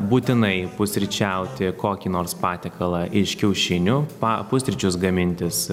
būtinai pusryčiauti kokį nors patiekalą iš kiaušinių pa pusryčius gamintis